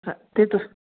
ਹਾਂ ਅਤੇ ਤੁਸੀਂ